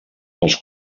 els